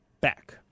back